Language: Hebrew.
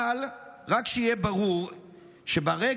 אבל רק שיהיה ברור שברגע